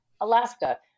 Alaska